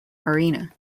arena